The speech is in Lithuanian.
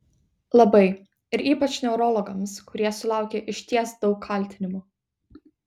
labai ir ypač neurologams kurie sulaukia išties daug kaltinimų